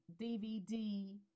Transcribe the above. DVD